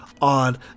on